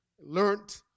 learned